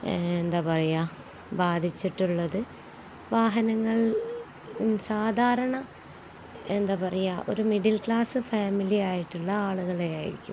എന്താണു പറയുക ബാധിച്ചിട്ടുള്ളതു വാഹനങ്ങൾ സാധാരണ എന്താണു പറയുക ഒരു മിഡിൽ ക്ലാസ് ഫാമിലി ആയിട്ടുള്ള ആളുകളെയായിരിക്കും